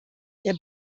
der